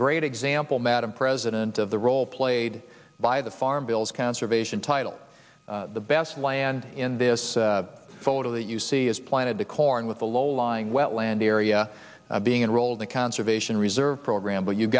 great example madam president of the role played by the farm bill's conservation title the best land in this photo that you see is planted to corn with the low lying land area being enrolled in conservation reserve program but you've